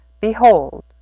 behold